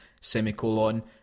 semicolon